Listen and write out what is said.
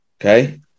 okay